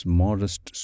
modest